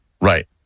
Right